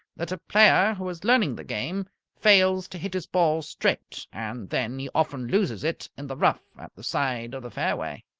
that a player who is learning the game fails to hit his ball straight, and then he often loses it in the rough at the side of the fairway.